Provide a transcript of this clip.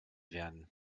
werden